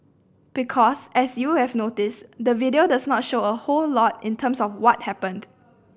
because as you would have noticed the video doesn't show a whole lot in terms of what happened